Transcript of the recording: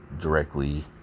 directly